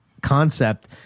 concept